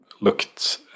looked